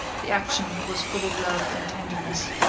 the action was full of love and tenderness.